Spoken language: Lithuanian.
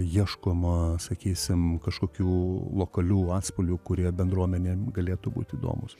ieškoma sakysim kažkokių lokalių atspalvių kurie bendruomenėm galėtų būt įdomūs